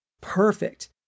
perfect